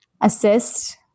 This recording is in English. assist